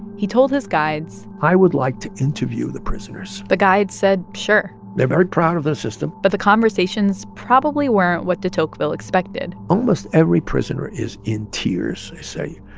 he told his guides. i would like to interview the prisoners the guides said, sure they're very proud of their system but the conversations probably weren't what de tocqueville expected almost every prisoner is in tears. they say,